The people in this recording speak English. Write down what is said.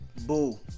Boo